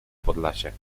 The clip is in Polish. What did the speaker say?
podlasiak